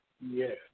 Yes